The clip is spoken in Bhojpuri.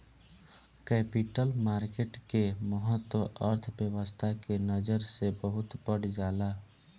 कैपिटल मार्केट के महत्त्व अर्थव्यस्था के नजर से बहुत बढ़ जाला